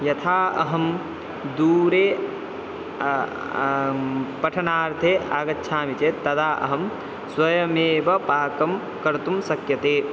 यथा अहं दूरे पठनार्थम् आगच्छामि चेत् तदा अहं स्वयमेव पाकं कर्तुं शक्यते